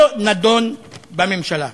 לא נדון בממשלה.